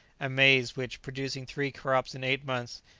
and maize which, producing three crops in eight months,